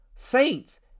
Saints